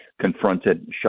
confronted